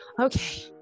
Okay